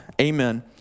Amen